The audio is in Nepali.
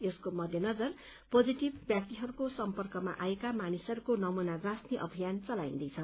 यसको मध्यनजर पोजीटिभ व्यक्तिहरूको सम्पर्कमा आएका मानिसहरूको नमूना जाँच्ने अभियान चलाइन्दैछ